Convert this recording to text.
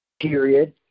Period